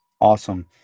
Awesome